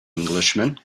englishman